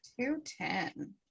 two-ten